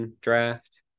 draft